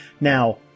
Now